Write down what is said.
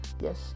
Yes